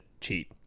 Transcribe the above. cheat